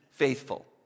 Faithful